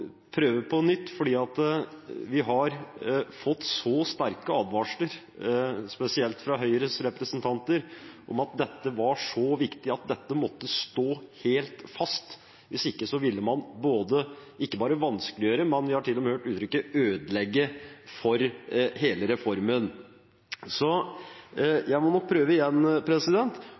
prøve på nytt. Vi har fått sterke advarsler, spesielt fra Høyres representanter, om at dette var så viktig at dette måtte stå helt fast – hvis ikke ville man ikke bare vanskeliggjøre, vi har til og med hørt uttrykket «ødelegge for», hele reformen. Så jeg må nok prøve igjen: